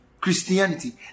Christianity